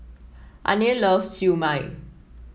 Arne loves Siew Mai